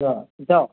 ꯏꯇꯥꯎ